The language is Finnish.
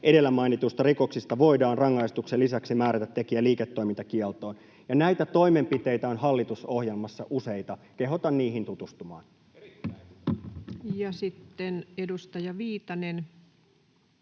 edellä mainituista rikoksista voidaan rangaistuksen lisäksi määrätä tekijä liiketoimintakieltoon.” Näitä toimenpiteitä on hallitusohjelmassa useita. Kehotan niihin tutustumaan. Ja sitten edustaja Viitanen.